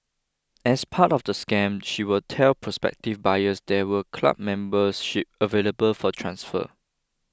as part of the scam she would tell prospective buyers there were club memberships available for transfer